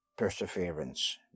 Perseverance